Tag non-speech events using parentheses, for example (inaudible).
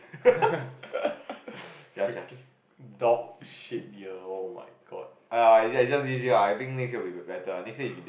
(laughs) freaking dog shit year oh my god